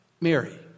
Mary